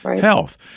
health